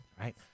right